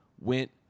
went